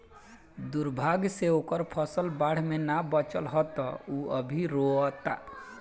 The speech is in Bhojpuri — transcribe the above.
दुर्भाग्य से ओकर फसल बाढ़ में ना बाचल ह त उ अभी रोओता